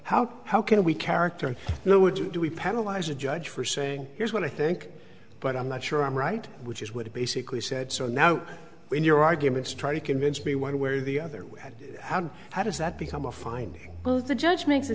how how can we characterize you know would you do we penalize a judge for saying here's what i think but i'm not sure i'm right which is what it basically said so now when your arguments try to convince me one way or the other how does that become a fine the judge makes a